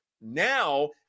Now